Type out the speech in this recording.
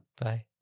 Bye